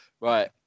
Right